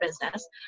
business